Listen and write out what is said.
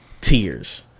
tears